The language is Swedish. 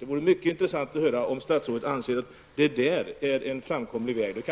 Det vore mycket intressant att få veta om statsrådet anser att det är en framkomlig väg.